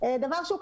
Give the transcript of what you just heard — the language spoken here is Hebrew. דבר שהוא,